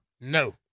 No